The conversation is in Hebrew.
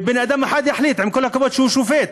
שבן-אדם אחד יחליט, עם כל הכבוד לו שהוא שופט,